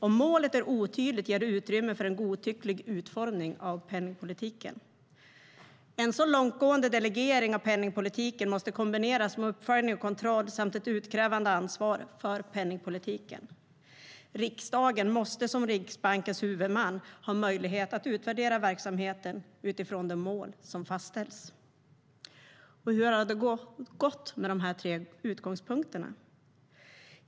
Om målet är otydligt ger det utrymme för en godtycklig utformning av penningpolitiken. En så långtgående delegering av penningpolitiken måste kombineras med uppföljning och kontroll samt ett utkrävande ansvar för penningpolitiken. Riksdagen måste som Riksbankens huvudman ha möjlighet att utvärdera verksamheten utifrån de mål som fastställs. Och hur har det gått med de här tre utgångspunkterna?